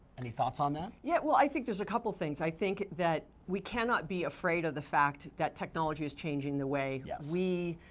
any thoughts on that? yeah well i think there's a couple things. i think that we can not be afraid of the fact that technology is changing the way yeah we,